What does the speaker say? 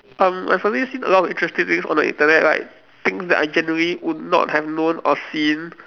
um I probably seen a lot of interesting things on the Internet like things that I generally would not have known or seen